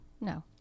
no